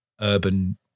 urban